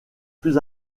plus